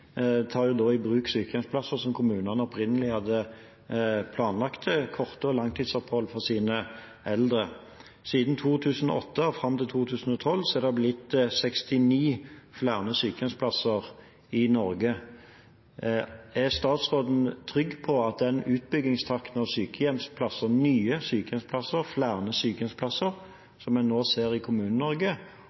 da i bruk sykehjemsplasser som kommunene opprinnelig hadde planlagt å bruke til kortere langtidsopphold for sine eldre. Siden 2008 har det fram til 2012 blitt 69 flere sykehjemsplasser i Norge. Er statsråden trygg på at den utbyggingstakten for sykehjemsplasser – nye og flere – som en nå ser i